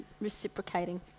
reciprocating